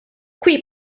qui